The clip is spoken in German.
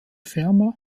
fermat